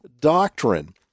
doctrine